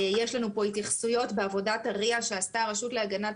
יש לנו פה התייחסויות בעבודת ria שעשתה הרשות להגנת